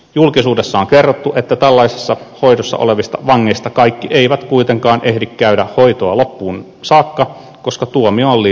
julkisuudessa on kerrottu että tällaisessa hoidossa olevista vangeista kaikki eivät kuitenkaan ehdi käydä hoitoa loppuun saakka koska tuomio on liian lyhyt